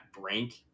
brink